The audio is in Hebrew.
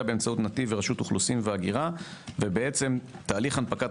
באמצעות נתיב ורשות האוכלוסין וההגירה ובעצם תהליך הנפקת